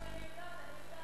מה שאני יודעת אני יודעת.